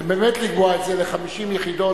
ובאמת לקבוע את זה ל-50 יחידות,